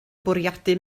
bwriadu